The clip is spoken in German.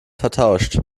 vertauscht